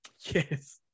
yes